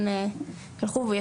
רופאים בכירים,